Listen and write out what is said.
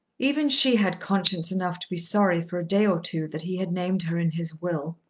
even she had conscience enough to be sorry for a day or two that he had named her in his will.